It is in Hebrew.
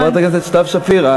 חברת הכנסת סתיו שפיר,